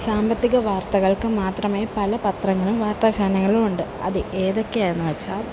സാമ്പത്തിക വാർത്തകൾക്ക് മാത്രമായി പല പത്രങ്ങളും വാർത്ത ചാനലുകളുമുണ്ട് അത് ഏതൊക്കെയാന്ന് വച്ചാൽ